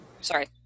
sorry